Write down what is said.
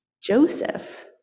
Joseph